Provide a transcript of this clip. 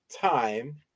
time